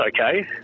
okay